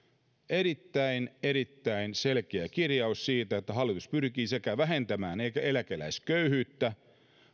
erittäin erittäin selkeä kirjaus siitä että hallitus pyrkii sekä vähentämään eläkeläisköyhyyttä